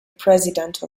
president